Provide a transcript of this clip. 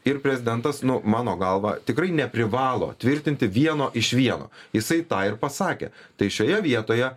ir prezidentas nu mano galva tikrai neprivalo tvirtinti vieno iš vieno jisai tą ir pasakė tai šioje vietoje